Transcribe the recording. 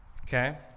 Okay